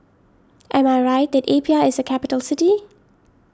am I right that Apia is a capital city